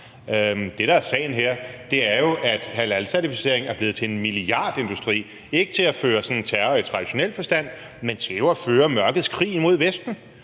Det, der er sagen her, er jo, at halalcertificering er blevet til en milliardindustri, ikke til at begå terror i traditionel forstand, men til at føre mørkets krig mod Vesten,